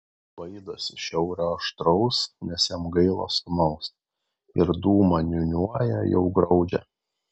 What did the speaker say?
baidosi šiaurio aštraus nes jam gaila sūnaus ir dūmą niūniuoja jau griaudžią